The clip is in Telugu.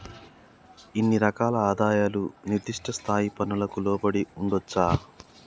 ఇన్ని రకాల ఆదాయాలు నిర్దిష్ట స్థాయి పన్నులకు లోబడి ఉండొచ్చా